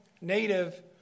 native